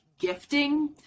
gifting